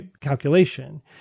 calculation